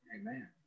Amen